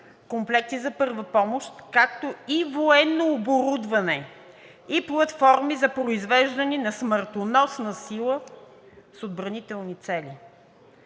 комплекти за първа помощ, както и военно оборудване и платформи за произвеждане на смъртоносна сила с отбранителни цели.